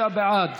36 בעד,